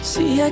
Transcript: See